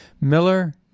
Miller